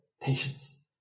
Patience